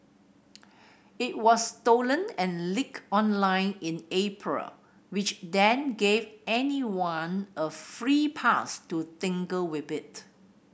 it was stolen and leaked online in April which then gave anyone a free pass to tinker with it